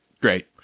Great